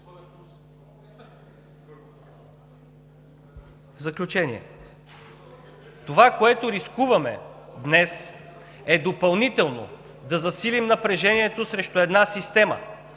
заключение, това, което рискуваме днес, е допълнително да засилим напрежението срещу една система.